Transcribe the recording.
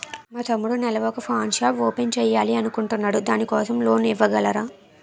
మా తమ్ముడు నెల వొక పాన్ షాప్ ఓపెన్ చేయాలి అనుకుంటునాడు దాని కోసం లోన్ ఇవగలరా?